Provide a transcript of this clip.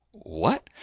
what?